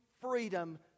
freedom